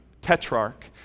tetrarch